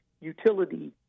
utility